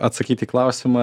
atsakyti į klausimą